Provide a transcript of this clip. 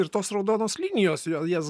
ir tos raudonos linijos vėl jas